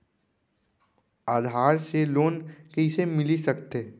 आधार से लोन कइसे मिलिस सकथे?